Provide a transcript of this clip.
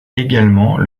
également